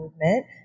movement